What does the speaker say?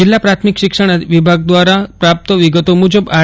જીલ્લા પ્રાથમિક શિક્ષણ વિભાગ દવારા પ્રાપ્ત વિગતો મુજબ આર